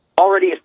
already